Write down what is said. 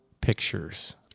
pictures